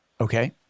Okay